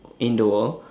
indoor